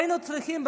היינו צריכים,